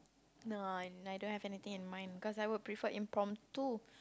no no I don't have anything in mind because I would prefer impromptu